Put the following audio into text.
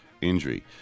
injury